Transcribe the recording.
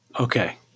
Okay